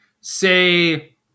say